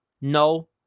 No